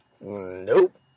Nope